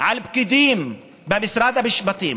על פקידים במשרד המשפטים